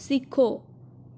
सिक्खो